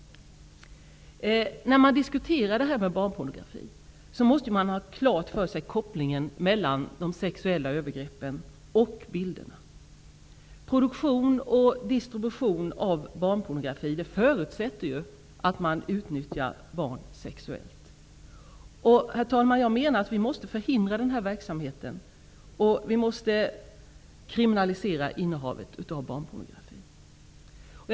När man diskuterar frågan om barnpornografi måste man ha klart för sig kopplingen mellan de sexuella övergreppen och bilderna. Produktion och distribution av barnpornografi förutsätter ju att man utnyttjar barn sexuellt. Herr talman! Jag menar att vi måste förhindra den här verksamheten och att vi måste kriminalisera innehavet av barnpornografi.